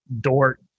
Dort